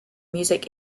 music